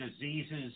diseases